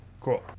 Cool